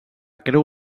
creu